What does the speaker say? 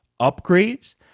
upgrades